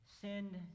send